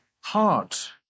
heart